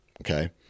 okay